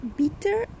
bitter